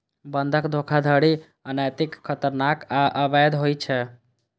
बंधक धोखाधड़ी अनैतिक, खतरनाक आ अवैध होइ छै